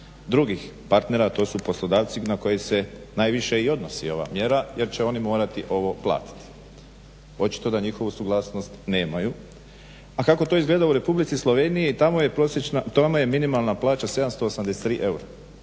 drugih partnera a to su poslodavci na koje se najviše i odnosi ova mjera jer će oni morati ovo platiti. Očito da njihovu suglasnost nemaju. A kako to izgleda u Republici Sloveniji. Tamo je minimalna plaća 783 eura,